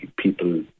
people